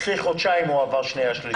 אחרי חודשיים הוא עבר שנייה ושלישית.